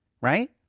right